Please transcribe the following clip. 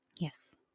Yes